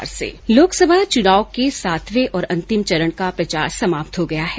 लोकसभा चुनाव के सातवें और अंतिम चरण का प्रचार समाप्त हो गया है